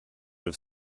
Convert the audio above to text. have